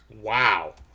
Wow